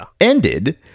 ended